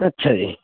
ਅੱਛਾ ਜੀ